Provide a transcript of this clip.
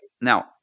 now